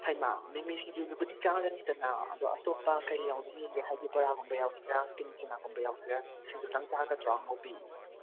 ꯍꯩꯃꯥ ꯃꯤꯃꯤ ꯁꯤꯡꯖꯨꯗꯨꯕꯨꯗꯤ ꯆꯥꯔꯅꯤꯗꯅ ꯑꯗꯣ ꯑꯇꯣꯞꯄ ꯀꯔꯤ ꯌꯥꯎꯅꯤꯡꯉꯤꯒꯦ ꯍꯥꯏꯗꯤ ꯕꯣꯔꯥꯒꯨꯝꯕ ꯌꯥꯎꯒꯗ꯭ꯔꯥ ꯀꯦꯂꯤꯆꯅꯒꯨꯝꯕ ꯌꯥꯎꯒꯗ꯭ꯔꯥ ꯁꯤꯡꯖꯨꯗꯪ ꯆꯥꯒꯗ꯭ꯔꯣ ꯑꯉꯥꯎꯕꯤ